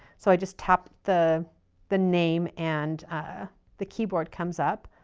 so i just tap the the name and the keyboard comes up,